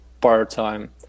part-time